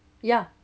ya